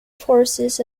forces